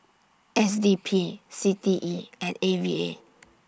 S D P C T E and A V A